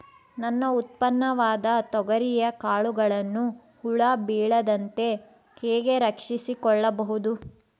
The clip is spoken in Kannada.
ನನ್ನ ಉತ್ಪನ್ನವಾದ ತೊಗರಿಯ ಕಾಳುಗಳನ್ನು ಹುಳ ಬೇಳದಂತೆ ಹೇಗೆ ರಕ್ಷಿಸಿಕೊಳ್ಳಬಹುದು?